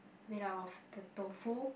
made up of the tofu